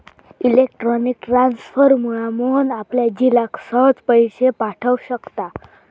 electronic ट्रांसफरमुळा मोहन आपल्या झिलाक सहज पैशे पाठव शकता